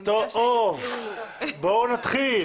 בואו נתחיל.